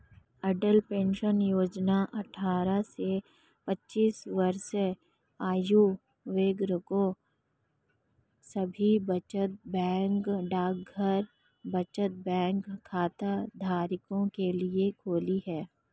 अटल pension योजना अट्ठारह से चालीस वर्ष आयु वर्ग के सभी बचत बैंक डाकघर बचत बैंक खाताधारकों के लिए खुली है